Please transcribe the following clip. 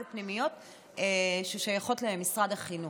אלה פנימיות ששייכות למשרד החינוך.